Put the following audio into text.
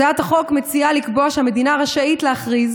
הצעת החוק מציעה לקבוע שהמדינה רשאית להכריז